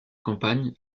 campagne